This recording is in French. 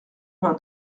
vingt